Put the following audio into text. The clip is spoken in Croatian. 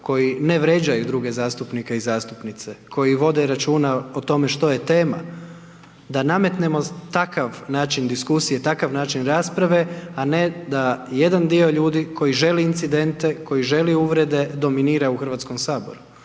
koji ne vređaju druge zastupnike i zastupnice, koji vode računa o tome što je tema, da nametnemo takav način diskusije, takav način rasprave, a ne da jedan dio ljudi koji želi incidente, koji želi uvrede, dominira u HS-u.